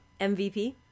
mvp